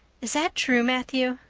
is that true, matthew?